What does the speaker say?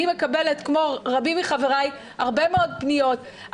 אני כמו רבים מחבריי מקבלת הרבה מאוד פניות.